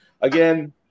Again